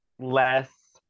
less